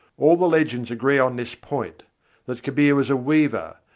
all the legends agree on this point that kabir was a weaver,